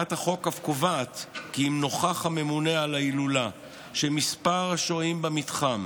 הצעת החוק אף קובעת כי אם נוכח הממונה על ההילולה שמספר השוהים במתחם